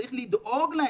צריך לדאוג להם.